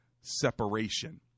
separation